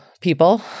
people